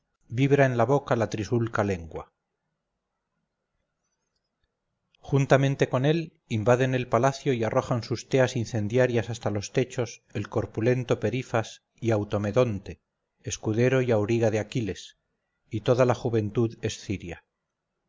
vibra en la boca la trisulca lengua juntamente con él invaden el palacio y arrojan sus teas incendiarias hasta los techos el corpulento perifas y automedonte escudero y auriga de aquiles y toda la juventud esciria